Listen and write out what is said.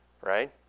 right